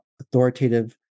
authoritative